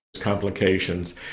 complications